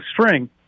string